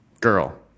girl